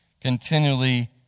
continually